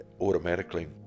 automatically